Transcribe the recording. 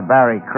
Barry